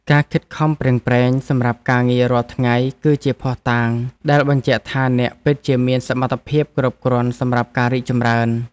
ការខិតខំប្រឹងប្រែងសម្រាប់ការងាររាល់ថ្ងៃគឺជាភស្តុតាងដែលបញ្ជាក់ថាអ្នកពិតជាមានសមត្ថភាពគ្រប់គ្រាន់សម្រាប់ការរីកចម្រើន។